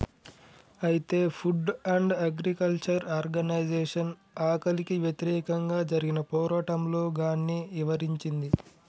అయితే food and agriculture organization ఆకలికి వ్యతిరేకంగా జరిగిన పోరాటంలో గాన్ని ఇవరించింది